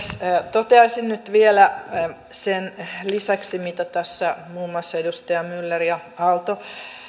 toteaisin nyt vielä sen lisäksi mitä tässä muun muassa edustajat myller ja aalto